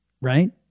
right